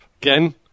Again